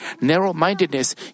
narrow-mindedness